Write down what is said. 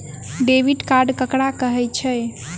Debit card ककरा कहै छै?